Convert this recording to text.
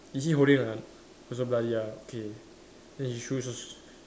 is he holding ano~ also bloody ah okay then his shoes